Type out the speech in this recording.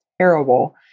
terrible